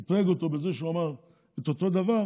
הוא אתרג אותו בזה שהוא אמר אותו דבר,